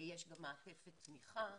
יש גם מעטפת תמיכה,